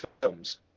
films